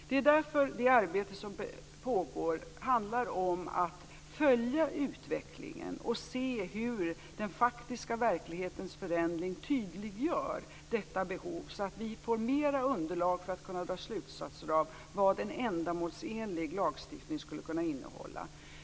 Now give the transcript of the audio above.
Det är därför det arbete som pågår handlar om att följa utvecklingen och se hur den faktiska verklighetens förändring tydliggör detta behov, så att vi får mera underlag för att kunna dra slutsatser av vad en ändamålsenlig lagstiftning skulle kunna innehålla.